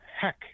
heck